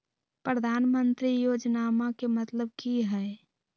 प्रधानमंत्री योजनामा के मतलब कि हय?